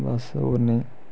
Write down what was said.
बस होर नेईं